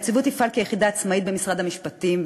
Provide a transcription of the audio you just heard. הנציבות תפעל כיחידה עצמית במשרד המשפטים,